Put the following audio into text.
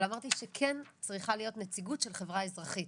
אבל אמרתי שכן צריכה להיות נציגות של חברה אזרחית.